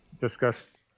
discussed